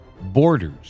Borders